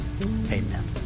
Amen